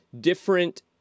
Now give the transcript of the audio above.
different